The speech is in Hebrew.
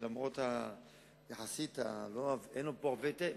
שאף-על-פי שאין לו פה יחסית הרבה ותק,